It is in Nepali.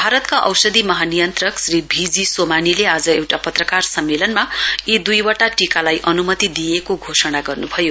भारतका औषधि महानियन्त्रक श्री भीजी सोमानीले आज एउटा पत्रकार सम्मेलनमा यी दूई वटा टीकालाई अन्मेति दिइएको घोषणा गर्नुभयो